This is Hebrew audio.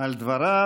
על דבריו.